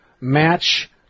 match